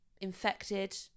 Infected